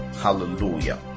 hallelujah